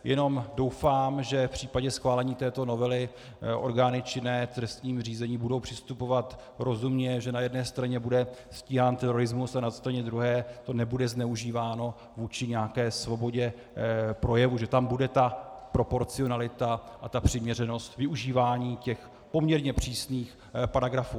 Jenom doufám, že v případě schválení této novely orgány činné v trestním řízení budou přistupovat rozumně, že na jedné straně bude stíhán terorismus a na straně druhé to nebude zneužíváno vůči nějaké svobodě projevu, že tam bude proporcionalita a ta přiměřenost využívání těch poměrně přísných paragrafů.